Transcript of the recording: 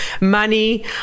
money